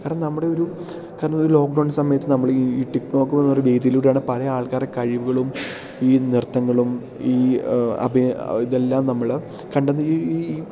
കാരണം നമ്മുടെ ഒരു കാരണം ഒരു ലോക്ക്ഡൗൺ സമയത്ത് നമ്മളീ ഈ ടിക്ക് ടോക്ക് പോലുള്ളൊരു വേദിയിലൂടെയാണ് പലേ ആൾക്കാരുടെ കഴിവുകളും ഈ നൃത്തങ്ങളും ഈ അഭി ഇതെല്ലാം നമ്മള് കണ്ടത് ഈ ഈ ഈ